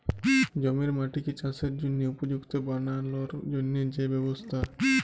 জমির মাটিকে চাসের জনহে উপযুক্ত বানালর জন্হে যে ব্যবস্থা